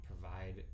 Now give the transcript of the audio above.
provide